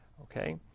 Okay